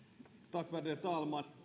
värderade talman omasta puolestani